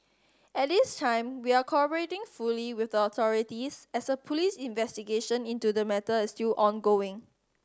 at this time we are cooperating fully with authorities as a police investigation into the matter is still ongoing